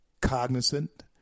cognizant